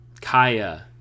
Kaya